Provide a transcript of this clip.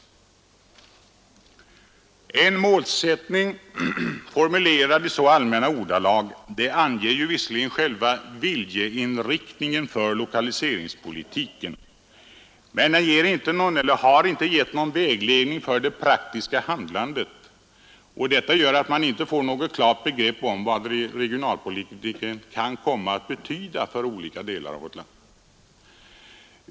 En målsättning formulerad i så allmänna ordalag anger visserligen själva viljeinriktningen för lokaliseringspolitiken, men den lämnar inte någon vägledning för det praktiska handlandet, och detta gör att man inte får något klart begrepp om vad regionalpolitiken kan komma att betyda för olika delar av vårt land.